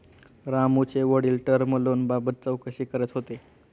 रामूचे वडील टर्म लोनबाबत चौकशी करत होते